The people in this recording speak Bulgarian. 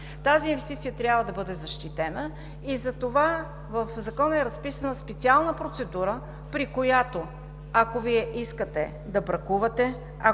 тази инвестиция трябва да бъде защитена и затова в Закона е разписана специална процедура, при която, ако Вие искате да бракувате